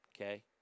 okay